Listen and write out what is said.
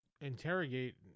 interrogate